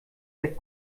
der